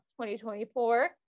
2024